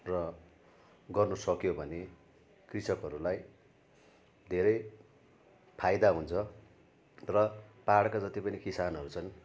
र गर्नुसक्यो भने कृषकहरूलाई धेरै फाइदा हुन्छ र पाहाडका जति पनि किसानहरू छन्